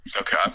Okay